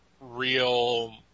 real